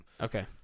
Okay